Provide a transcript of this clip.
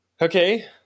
Okay